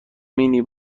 مینی